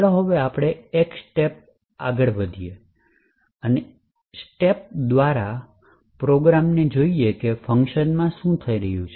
ચાલો હવે આપણે એક સ્ટેપ આદ્વારા પ્રોગ્રામઅને જોઈએ કે ફંકશનમાં શું થઈ રહ્યું છે